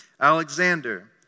Alexander